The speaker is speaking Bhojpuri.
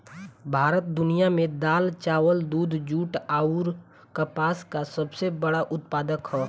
भारत दुनिया में दाल चावल दूध जूट आउर कपास का सबसे बड़ा उत्पादक ह